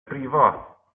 brifo